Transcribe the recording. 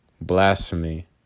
Blasphemy